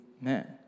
man